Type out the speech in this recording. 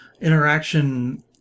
interaction